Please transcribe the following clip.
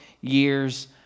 years